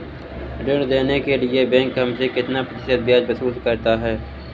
ऋण देने के लिए बैंक हमसे कितना प्रतिशत ब्याज वसूल करता है?